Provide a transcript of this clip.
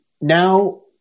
now